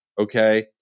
Okay